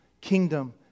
kingdom